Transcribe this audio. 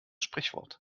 sprichwort